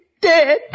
dead